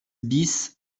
bis